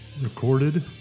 Recorded